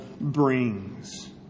brings